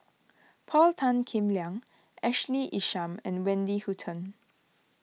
Paul Tan Kim Liang Ashley Isham and Wendy Hutton